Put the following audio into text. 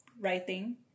writing